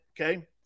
okay